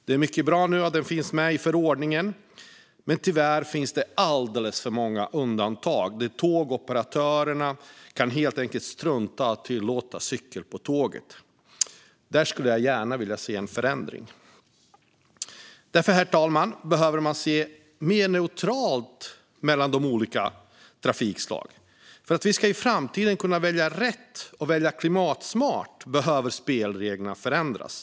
Det är mycket bra att detta finns med i förordningen, men det finns alldeles för många undantag där tågoperatörerna helt enkelt kan strunta i att tillåta cykel på tåget. Där skulle jag vilja se en förändring. Herr talman! Man behöver se mer neutralitet mellan de olika trafikslagen. För att vi i framtiden ska kunna välja rätt och välja klimatsmart behöver spelreglerna förändras.